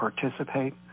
participate